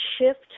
shift